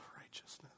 righteousness